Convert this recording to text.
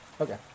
Okay